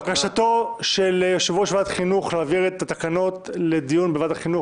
בקשתו של יושב-ראש ועדת חינוך להעביר את התקנות לדיון בוועדת החינוך,